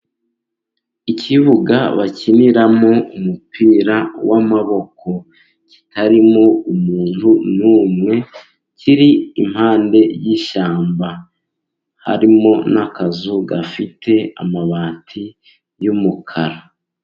Ikibuga bakiniramo umupira w'amaboko kitarimo umuntu numwe kiri impande y'ishyamba harimo n'akazu gafite amabati y'umukara.